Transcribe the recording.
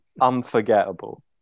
unforgettable